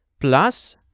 plus